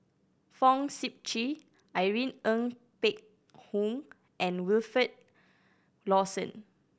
Fong Sip Chee Irene Ng Phek Hoong and Wilfed Lawson